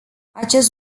acest